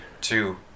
two